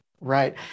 Right